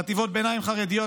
חטיבות ביניים חרדיות,